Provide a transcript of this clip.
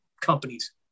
companies